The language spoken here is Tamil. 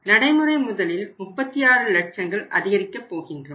நடைமுறை முதலில் 36 லட்சங்கள் அதிகரிக்க போகின்றோம்